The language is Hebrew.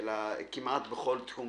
אלא כמעט בכל תחום